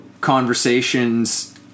conversations